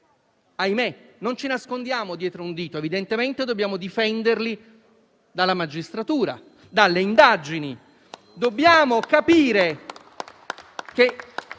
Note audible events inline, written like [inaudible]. Ahimè, non ci nascondiamo dietro un dito; evidentemente dobbiamo difenderli dalla magistratura, dalle indagini. [applause] Dobbiamo capire che,